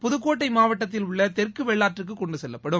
புதுக்கோட்டை மாவட்டத்தில் உள்ள தெற்கு வெள்ளாற்றுக்கு கொண்டு செல்லப்படும்